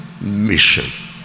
mission